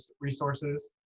resources